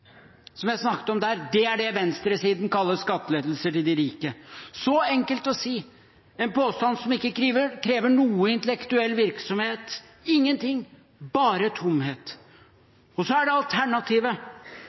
som jeg snakket om, er det venstresiden kaller skattelettelser til de rike. Det er så enkelt å si, en påstand som ikke krever noen intellektuell virksomhet – ingenting, bare